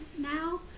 now